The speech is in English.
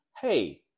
hey